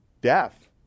Death